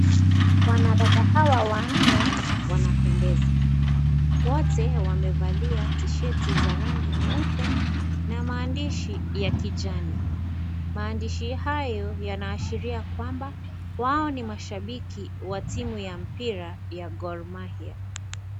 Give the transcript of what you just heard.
Wanadada hawa wanne wanapendeza. Wote wamevalia tisheti za rangi nyeupe na maandishi ya kijani. Maandishi hayo yanaashiria kwamba wao ni mashabiki wa timu ya mpira ya Gor Mahia.